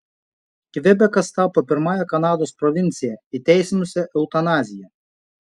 kvebekas tapo pirmąja kanados provincija įteisinusia eutanaziją